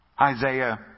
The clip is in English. Isaiah